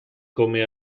come